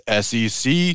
SEC